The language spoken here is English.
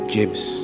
James